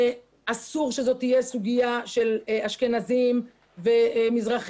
אסור שזאת תהיה סוגיה של אשכנזים ומזרחיים